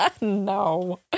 No